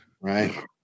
Right